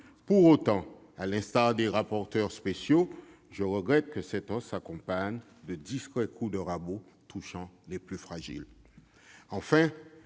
Pour autant, à l'instar des rapporteurs spéciaux, je regrette que cette hausse s'accompagne « de discrets coups de rabot touchant les plus fragiles